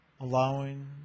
allowing